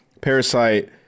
Parasite